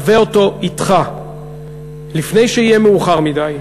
הבא אותו אתך, לפני שיהיה מאוחר מדי.